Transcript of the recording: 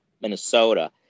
Minnesota